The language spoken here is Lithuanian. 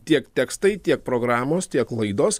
tiek tekstai tiek programos tiek laidos